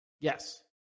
yes